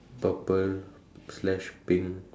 purple slash pink